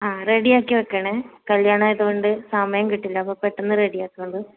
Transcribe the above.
ആ റെഡിയാക്കി വയ്ക്കണേ കല്യാണമായതുകൊണ്ട് സമയം കിട്ടില്ല അപ്പോൾ പെട്ടെന്നു റെഡിയാക്ക് അത്